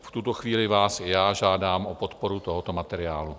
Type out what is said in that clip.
V tuto chvíli vás i já žádám o podporu tohoto materiálu.